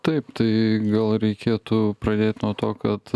taip tai gal reikėtų pradėt nuo to kad